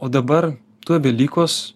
o dabar tuoj velykos